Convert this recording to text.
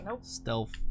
Stealth